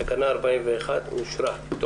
תקנה 41 אושרה.